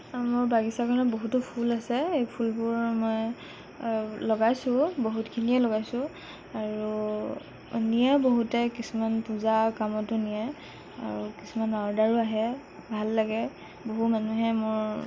মোৰ বাগিচাখনত বহুতো ফুল আছে এই ফুলবোৰৰ মই লগাইছোঁ বহুতখিনিয়ে লগাইছোঁ আৰু নিয়েও বহুতে কিছুমান পূজা কামতো নিয়ে আৰু কিছুমান অৰ্ডাৰো আহে ভাল লাগে বহু মানুহে মোৰ